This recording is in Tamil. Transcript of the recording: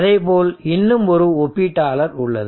அதேபோல் இன்னும் ஒரு ஒப்பீட்டாளர் உள்ளது